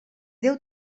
déu